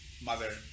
mother